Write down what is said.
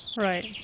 right